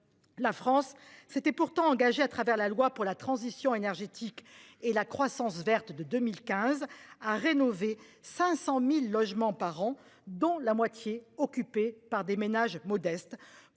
La France s'était pourtant engagé à travers la loi pour la transition énergétique et la croissance verte de 2015 à rénover 500.000 logements par an, dont la moitié occupés par des ménages modestes